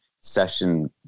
session